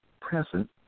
present